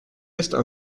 estes